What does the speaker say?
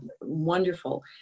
wonderful